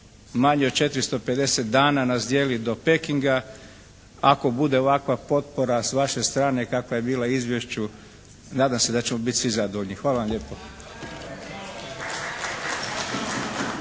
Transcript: manje od 450 dana nas dijeli do Pekinga. Ako bude ovakva potpora s vaše strane kakva je bila izvješću nadam se da ćemo biti svi zadovoljni. Hvala vam lijepo.